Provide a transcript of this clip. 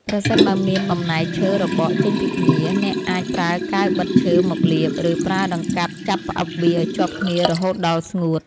ប្រសិនបើមានបំណែកឈើរបកចេញពីគ្នា អ្នកអាចប្រើកាវបិទឈើមកលាប រួចប្រើដង្កាប់ចាប់ផ្អឹបវាឱ្យជាប់គ្នារហូតដល់ស្ងួត។